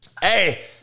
Hey